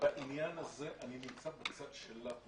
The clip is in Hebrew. בעניין הזה אני נמצא בצד שלך -- ממש.